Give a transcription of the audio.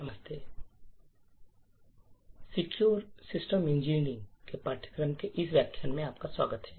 नमस्ते secure system engineering के पाठ्यक्रम के इस व्याख्यान में आपका स्वागत है